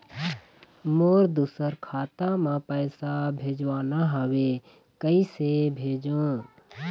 मोर दुसर खाता मा पैसा भेजवाना हवे, कइसे भेजों?